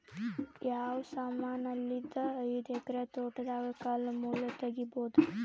ಯಾವ ಸಮಾನಲಿದ್ದ ಐದು ಎಕರ ತೋಟದಾಗ ಕಲ್ ಮುಳ್ ತಗಿಬೊದ?